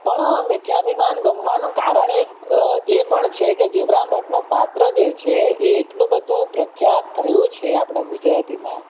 પણ મિથ્યાભિમાન ગમવાનું કારણ એક એ પણ છે કે જીવરામ ભટ્ટનું પાત્ર જે છે એ એટલું બધું પ્રખ્યાત થયું છે આપણા ગુજરાતીમાં